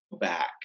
back